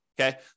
Okay